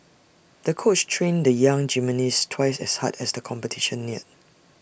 the coach trained the young gymnast twice as hard as the competition neared